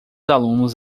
alunos